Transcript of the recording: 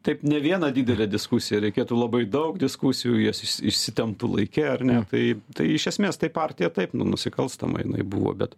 taip ne vieną didelę diskusiją reikėtų labai daug diskusijų jas išs išsitemptų laike ar ne tai tai iš esmės tai partija taip nu nusikalstama jinai buvo bet